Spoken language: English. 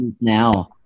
now